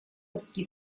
тоски